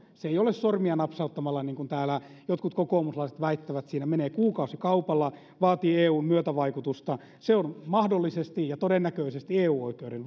se ei tule sormia napsauttamalla niin kuin täällä jotkut kokoomuslaiset väittävät siinä menee kuukausikaupalla vaatii eun myötävaikutusta se on mahdollisesti ja todennäköisesti eu oikeuden